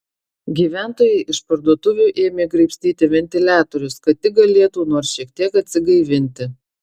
gyventojai iš parduotuvių ėmė graibstyti ventiliatorius kad tik galėtų nors šiek tiek atsigaivinti